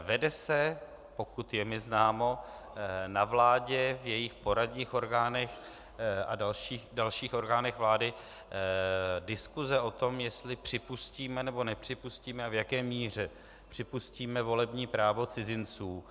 Vede se, pokud je mi známo, na vládě, v jejích poradních orgánech a dalších orgánech vlády, diskuse o tom, jestli připustíme, nebo nepřipustíme a v jaké míře připustíme volební právo cizinců.